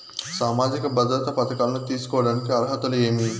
సామాజిక భద్రత పథకాలను తీసుకోడానికి అర్హతలు ఏమి?